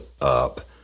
up